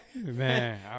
man